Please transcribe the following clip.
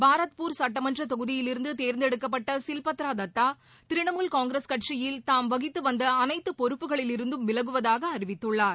பாரத்பூர் சுட்டமன்ற தொகுதியிலிருந்து தேர்ந்தெடுக்கப்பட்ட சில்பத்ரா தத்தா திரிணமூல் காங்கிரஸ் கட்சியில் தாம் வகித்து வந்த அனைத்து பொறுப்புகளிலிருந்தம் விலகுவதாக அறிவித்துள்ளார்